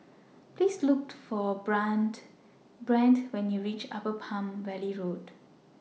Please Look For Brandt Brandt when YOU REACH Upper Palm Valley Road